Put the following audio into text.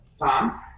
Tom